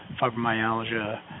fibromyalgia